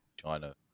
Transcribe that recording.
China